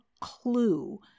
clue